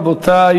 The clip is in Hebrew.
רבותי,